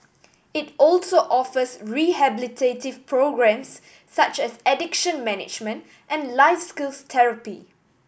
it also offers rehabilitative programmes such as addiction management and life skills therapy